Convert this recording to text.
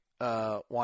want